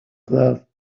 glove